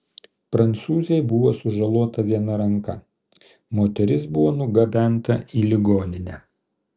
prancūzei buvo sužalota viena ranka moteris buvo nugabenta į ligoninę